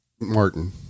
Martin